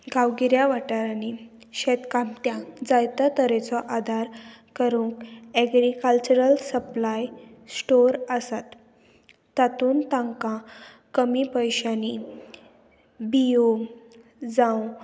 गांवगिऱ्या वाठारांनी शेतकामत्यांक जायत्या तरेचो आदार करूंक एग्रीकल्चरल सप्लाय स्टोर आसात तातूंत तांकां कमी पयशांनी बियो जावं